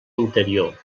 interior